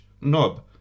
knob